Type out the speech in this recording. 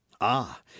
Ah